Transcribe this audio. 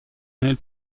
nel